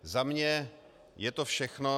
Za mě je to všechno.